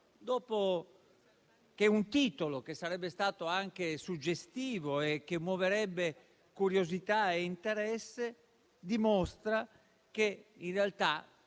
dopo che un titolo, che sarebbe stato anche suggestivo e che muoverebbe curiosità e interesse, dimostra che, in realtà,